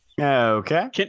Okay